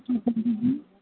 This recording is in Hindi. जी पंडित जी